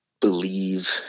believe